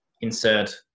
insert